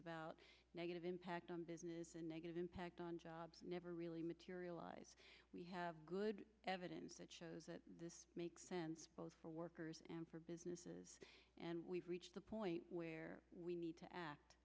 about negative impact on business a negative impact on jobs never really materialized we have good evidence that shows that this makes sense both for workers and for businesses and we've reached the point where we need to a